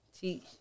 Teach